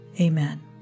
Amen